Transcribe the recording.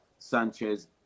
Sanchez